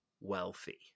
wealthy